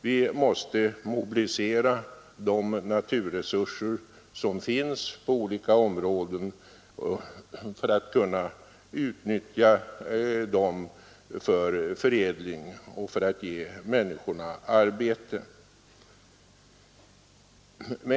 Vi måste utnyttja de naturresurser som finns på olika områden för förädling, så att människorna får arbete.